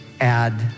add